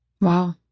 wow